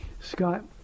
Scott